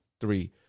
three